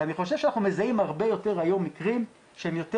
אני חושב שאנחנו מזהים הרבה יותר מקרים שהם יותר